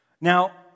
Now